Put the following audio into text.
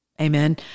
Amen